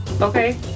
Okay